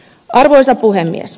arvoisa puhemies